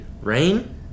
Rain